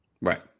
Right